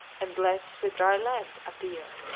and let the dry land appear.